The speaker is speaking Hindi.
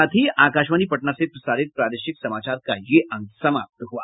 इसके साथ ही आकाशवाणी पटना से प्रसारित प्रादेशिक समाचार का ये अंक समाप्त हुआ